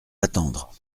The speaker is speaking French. attendre